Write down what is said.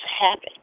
happen